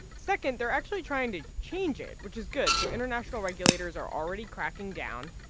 second, they're actually trying to change it, which is good. so international regulators are already cracking down.